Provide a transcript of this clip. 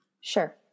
Sure